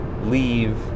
leave